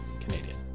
Canadian